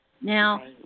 Now